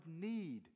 need